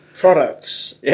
products